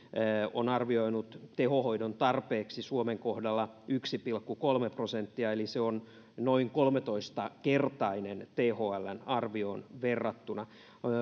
on arvioinut tehohoidon tarpeeksi suomen kohdalla yksi pilkku kolme prosenttia eli se on noin kolmetoista kertainen thln arvioon verrattuna